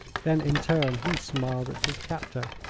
then in turn he smiled at his captor.